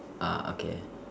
ah okay